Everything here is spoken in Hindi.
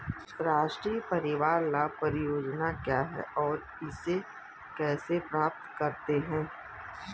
राष्ट्रीय परिवार लाभ परियोजना क्या है और इसे कैसे प्राप्त करते हैं?